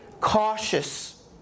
Cautious